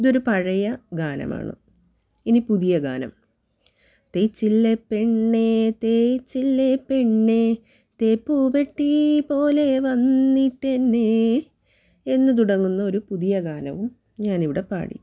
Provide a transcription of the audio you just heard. ഇതൊരു പഴയ ഗാനമാണ് ഇനി പുതിയ ഗാനം തേച്ചില്ലേ പെണ്ണെ തേച്ചില്ലേ പെണ്ണെ തേപ്പുപെട്ടി പോലെ വന്നിട്ടെന്നെ എന്ന് തുടങ്ങുന്ന ഒരു പുതിയ ഗാനവും ഞാനിവിടെ പാടി